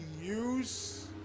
use